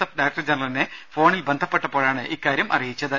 F director ജനറലിനെ ഫോണിൽ ബന്ധപ്പെട്ടപ്പോഴാണ് ഇക്കാര്യം അറിയിച്ചത്